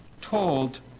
told